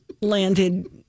landed